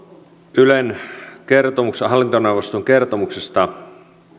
ylen hallintoneuvoston kertomuksesta